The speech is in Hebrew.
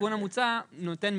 התיקון המוצע נותן,